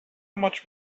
much